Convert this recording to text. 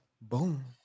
Boom